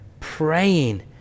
praying